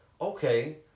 okay